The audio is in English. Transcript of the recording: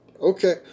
okay